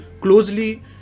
closely